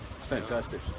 Fantastic